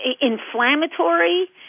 inflammatory